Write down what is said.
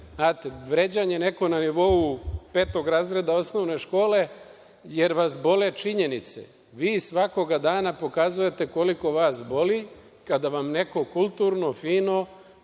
vređanje neko na nivou petog razreda osnovne škole, jer vas bole činjenice. Vi svakoga dana pokazujete koliko vas boli kada vam neko kulturno, fino,